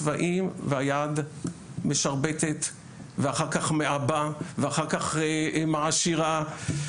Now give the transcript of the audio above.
צבעים והיד משרבטת ואחר כך מעבה ואחר כך מעשירה .